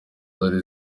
zari